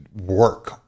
work